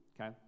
okay